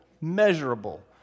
measurable